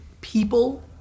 people